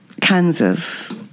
Kansas